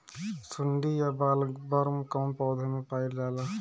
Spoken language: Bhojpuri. सुंडी या बॉलवर्म कौन पौधा में पाइल जाला?